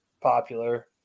popular